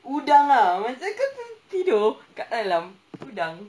udang lah macam kau tidur kat dalam udang